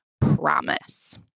promise